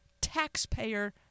taxpayer